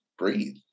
Breathe